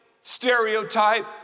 stereotype